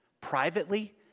privately